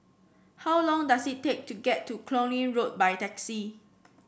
how long does it take to get to Cluny Road by taxi